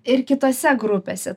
ir kitose grupėse